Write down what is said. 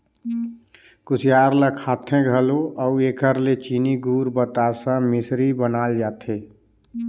कुसियार ल खाथें घलो अउ एकर ले चीनी, गूर, बतासा, मिसरी बनाल जाथे